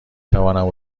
توانم